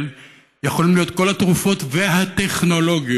יכולות להיות כל התרופות והטכנולוגיות,